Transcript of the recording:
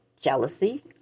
jealousy